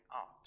out